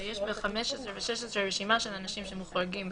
שיש ב-15 וב-16 רשימה של אנשים שמוחרגים,